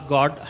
God